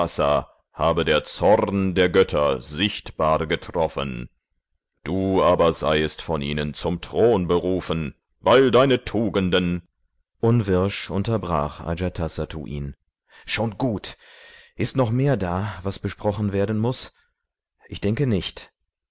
habe der zorn der götter sichtbar getroffen du aber seiest von ihnen zum thron berufen weil deine tugenden unwirsch unterbrach ajatasattu ihn schon gut ist noch mehr da was besprochen werden muß ich denke nicht